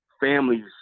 families